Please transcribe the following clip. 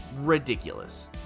Ridiculous